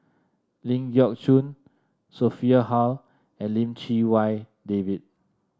Ling Geok Choon Sophia Hull and Lim Chee Wai David